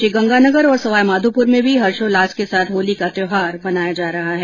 श्रीगंगानगर और सवाई माधोपुर में भी हर्षोउल्लास के साथ होली का त्यौहार मनाया जा रहा है